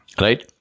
Right